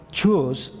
choose